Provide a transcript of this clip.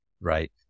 right